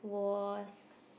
was